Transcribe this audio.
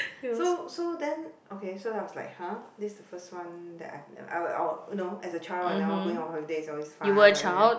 so so then okay so I was like !huh! this the first one that I've nev~ I'll I'll no as a child whenever going on a holiday is always fun